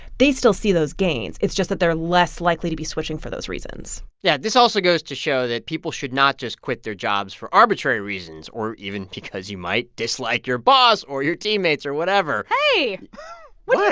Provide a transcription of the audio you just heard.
they still see those gains. it's just that they're less likely to be switching for those reasons yeah. this also goes to show that people should not just quit their jobs for arbitrary reasons or even because you might dislike your boss or your teammates or whatever hey what? yeah